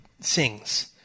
sings